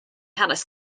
hanes